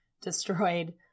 destroyed